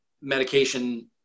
medication